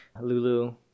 Lulu